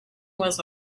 was